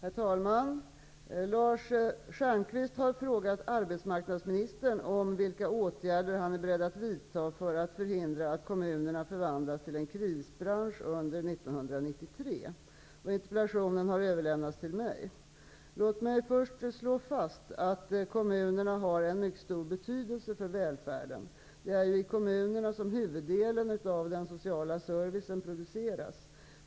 Herr talman! Lars Stjernkvist har frågat arbetsmarknadsministern om vilka åtgärder han är beredd att vidta för att förhindra att kommunerna förvandlas till en krisbransch under 1993. Interpellationen har överlämnats till mig. Låt mig först slå fast att kommunerna har en mycket stor betydelse för välfärden. Det är i kommunerna som huvuddelen av den sociala servicen produceras.